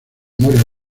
memorial